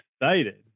excited